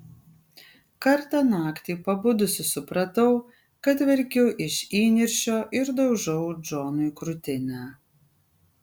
kartą naktį pabudusi supratau kad verkiu iš įniršio ir daužau džonui krūtinę